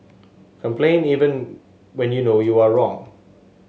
complain even when you know you are wrong